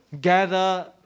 gather